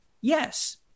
yes